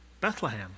Bethlehem